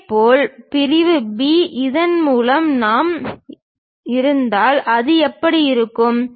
இதேபோல் பிரிவு B இதன் மூலம் நாம் இருந்தால் அது எப்படி இருக்கும்